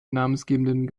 namensgebenden